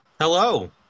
Hello